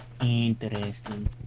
Interesting